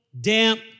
damp